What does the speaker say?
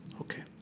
Okay